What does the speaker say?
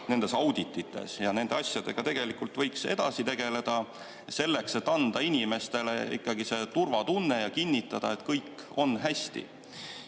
nendes auditites. Nende asjadega tegelikult võiks edasi tegeleda, selleks et anda inimestele ikkagi see turvatunne ja kinnitada, et kõik on hästi.